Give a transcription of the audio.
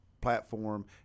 platform